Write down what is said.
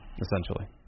Essentially